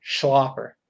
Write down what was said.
Schlopper